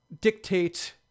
dictate